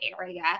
area